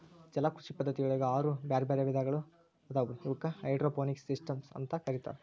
ಜಲಕೃಷಿ ಪದ್ಧತಿಯೊಳಗ ಆರು ಬ್ಯಾರ್ಬ್ಯಾರೇ ವಿಧಗಳಾದವು ಇವಕ್ಕ ಹೈಡ್ರೋಪೋನಿಕ್ಸ್ ಸಿಸ್ಟಮ್ಸ್ ಅಂತ ಕರೇತಾರ